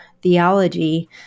theology